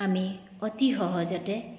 আমি অতি সহজতে